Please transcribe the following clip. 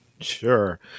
Sure